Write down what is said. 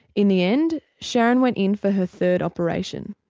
in the end sharon went in for her third operation.